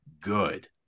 good